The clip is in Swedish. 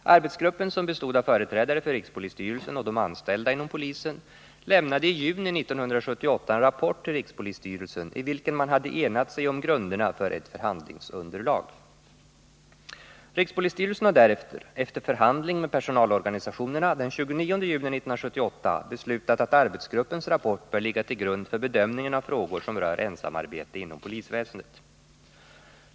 Arbetsgruppen, som bestod av företrädare för rikspolisstyrelsen och de anställda inom polisen, lämnade i juni 1978 en rapport till rikspolisstyrelsen i vilken man hade enat sig om grunderna för ett förhandlingsunderlag. Rikspolisstyrelsen har därefter, efter förhandling med personalorganisationerna, den 29 juni 1978 beslutat att arbetsgruppens rapport bör ligga till grund för bedömningen av frågor som rör ensamarbete inom polisväsendet.